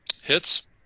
Hits